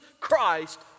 Christ